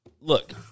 look